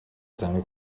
замыг